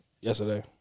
yesterday